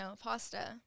Pasta